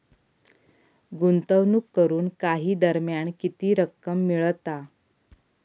गुंतवणूक करून काही दरम्यान किती रक्कम मिळता?